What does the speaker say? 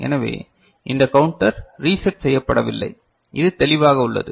எனவே இந்த counter reset செய்யப்படவில்லை இது தெளிவாக உள்ளது